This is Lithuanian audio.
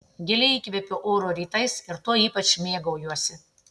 giliai įkvepiu oro rytais ir tuo ypač mėgaujuosi